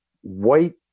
white